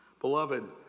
Beloved